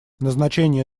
назначение